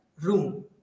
room